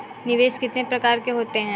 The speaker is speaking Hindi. निवेश कितने प्रकार के होते हैं?